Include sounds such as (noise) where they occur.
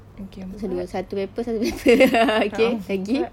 kosong dua satu paper satu (laughs) okay lagi